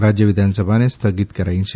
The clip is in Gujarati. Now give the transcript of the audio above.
રાજય વિધાનસભાને સ્થગિત કરાઇ છે